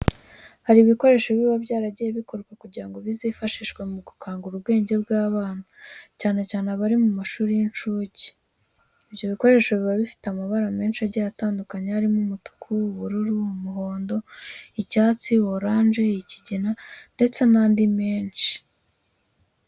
Hari ibikoresho biba byaragiye bikorwa kugira ngo bizifashishwe mu gukangura ubwenge bw'abana, cyane cyane abari mu mashuri y'incuke. Ibyo bikoresho biba bifite amabara menshi agiye atandukanye harimo umutuku, ubururu, umuhondo, icyatsi, oranje, ikigina ndetse n'andi menshi.